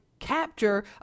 Capture